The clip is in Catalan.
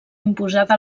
imposada